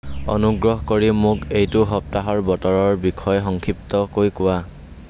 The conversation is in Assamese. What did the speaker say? অনুগ্ৰহ কৰি মোক এইটো সপ্তাহৰ বতৰৰ বিষয়ে সংক্ষিপ্তকৈ কোৱা